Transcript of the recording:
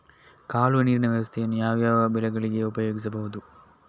ಕಾಲುವೆ ನೀರಿನ ವ್ಯವಸ್ಥೆಯನ್ನು ಯಾವ್ಯಾವ ಬೆಳೆಗಳಿಗೆ ಉಪಯೋಗಿಸಬಹುದು?